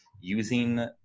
using